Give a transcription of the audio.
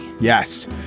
Yes